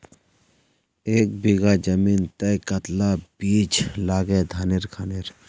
एक बीघा जमीन तय कतला ला बीज लागे धानेर खानेर?